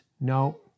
No